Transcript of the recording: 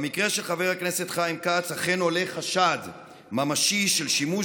במקרה של חבר הכנסת חיים כץ אכן עולה חשד ממשי של שימוש